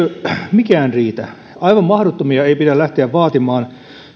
mikään riitä aivan mahdottomia ei pidä lähteä vaatimaan